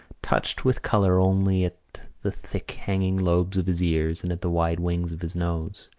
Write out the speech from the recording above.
touched with colour only at the thick hanging lobes of his ears and at the wide wings of his nose.